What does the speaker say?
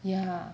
ya